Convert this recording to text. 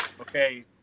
Okay